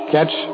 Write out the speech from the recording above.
Catch